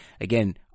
Again